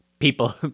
People